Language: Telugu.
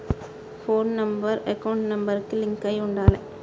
పోను నెంబర్ అకౌంట్ నెంబర్ కి లింక్ అయ్యి ఉండాలే